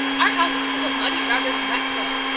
our house is full of muddy rubbers and wet clothes!